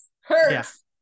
hurts